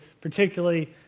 particularly